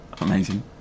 amazing